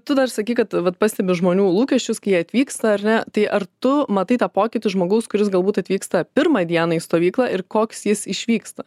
tu dar sakei kad vat pastebi žmonių lūkesčius kai atvyksta ar ne tai ar tu matai tą pokytį žmogaus kuris galbūt atvyksta pirmą dieną į stovyklą ir koks jis išvyksta